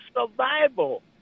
survival